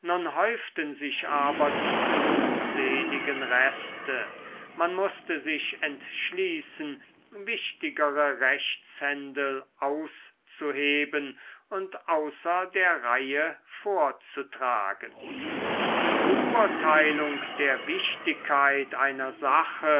häuften sich aber die unseligen reste man mußte sich entschließen wichtigere rechtshändel auszuheben und außer der reihe vorzutragen die beurteilung der wichtigkeit einer sache